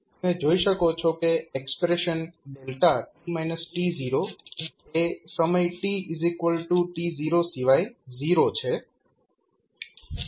તમે જોઈ શકો છો કે એક્સપ્રેશન એ સમય tt0 સિવાય 0 છે